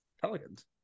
Pelicans